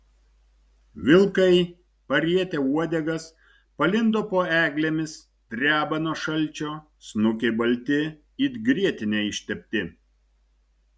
vilkai parietę uodegas palindo po eglėmis dreba nuo šalčio snukiai balti it grietine ištepti